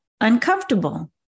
uncomfortable